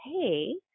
hey